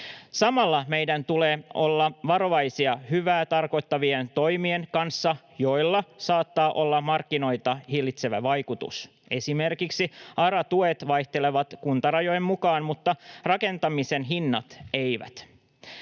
Samalla meidän tulee olla varovaisia hyvää tarkoittavien toimien kanssa, joilla saattaa olla markkinoita hillitsevä vaikutus. Esimerkiksi ARA-tuet vaihtelevat kuntarajojen mukaan mutta rakentamisen hinnat eivät.